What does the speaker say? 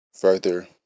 Further